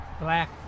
black